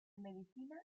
medicina